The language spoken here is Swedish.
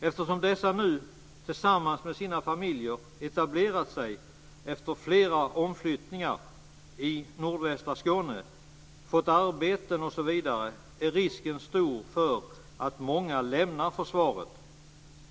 Eftersom dessa nu, tillsammans med sina familjer, etablerat sig - efter flera omflyttningar - i nordvästra Skåne, fått arbete osv. är risken stor att många lämnar försvaret.